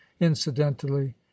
incidentally